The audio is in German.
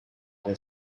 der